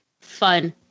fun